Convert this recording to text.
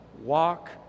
Walk